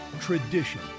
tradition